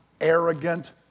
arrogant